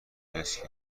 اسکی